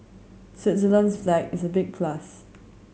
Switzerland's flag is a big plus